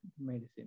medicine